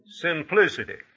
Simplicity